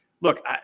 look